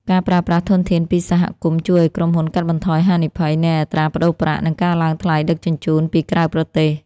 ការប្រើប្រាស់ធនធានពីសហគមន៍ជួយឱ្យក្រុមហ៊ុនកាត់បន្ថយហានិភ័យនៃអត្រាប្តូរប្រាក់ និងការឡើងថ្លៃដឹកជញ្ជូនពីក្រៅប្រទេស។